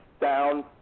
down